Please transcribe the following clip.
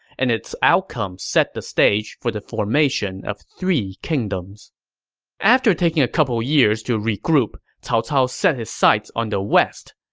and its outcome set the stage for the formation of three kingdoms after taking a couple years to regroup, cao cao set his sights on the west.